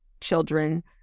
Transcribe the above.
children